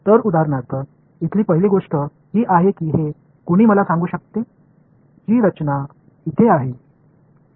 तर उदाहरणार्थ इथली पहिली गोष्ट ही आहे की हे कुणी मला सांगू शकते जी रचना इथे आहे